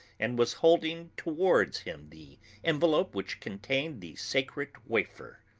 and was holding towards him the envelope which contained the sacred wafer.